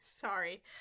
Sorry